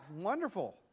Wonderful